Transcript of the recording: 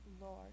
Lord